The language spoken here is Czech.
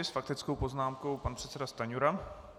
S faktickou poznámkou pan předseda Stanjura.